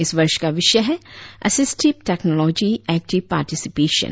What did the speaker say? इस वर्ष का विषय है एसिस्टिव टेक्नोलॉजी एक्टिव पार्टिसिपेशन